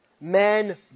men